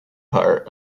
her